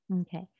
Okay